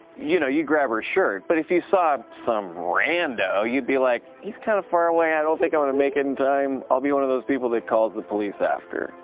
you know you grab her shirt, but if you saw some rando, you'd be like, he's kind of far away, i don't think i'm going to make it in time. i'll be one of those people that calls the police after.